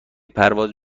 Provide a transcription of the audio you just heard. پرواز